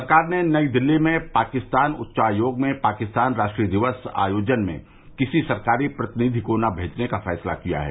सरकार ने नई दिल्ली में पाकिस्तान उच्चायोग में पाकिस्तान राष्ट्रीय दिवस आयोजन में किसी सरकारी प्रतिनिधि को न भेजने का फैसला किया है